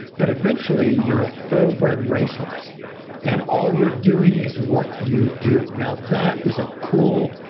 but eventually you're a thoroughbred racehorse and all you're doing is what you do. now, that is a cool,